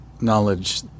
knowledge